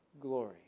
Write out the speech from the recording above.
glory